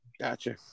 Gotcha